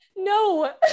No